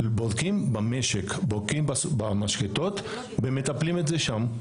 בודקים במשק, בודקים במשחתות ומטפלים בזה שם.